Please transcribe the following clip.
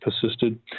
persisted